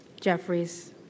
Jeffries